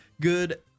good